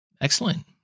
Excellent